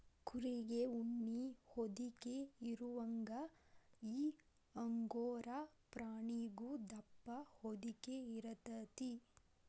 ಕುರಿಗೆ ಉಣ್ಣಿ ಹೊದಿಕೆ ಇರುವಂಗ ಈ ಅಂಗೋರಾ ಪ್ರಾಣಿಗು ದಪ್ಪ ಹೊದಿಕೆ ಇರತತಿ